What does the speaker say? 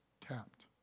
tapped